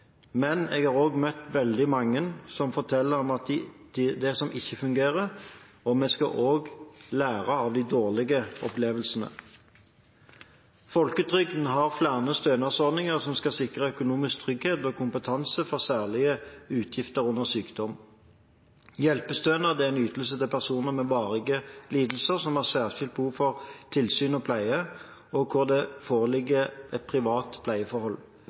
men jeg har også møtt veldig mange som forteller om det som ikke fungerer, og vi skal også lære av de dårlige opplevelsene. Folketrygden har flere stønadsordninger som skal sikre økonomisk trygghet og kompetanse for særlige utgifter under sykdom. Hjelpestønad er en ytelse til personer med varige lidelser som har særskilt behov for tilsyn og pleie, og hvor det foreligger et privat pleieforhold.